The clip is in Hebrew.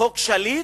"חוק שליט",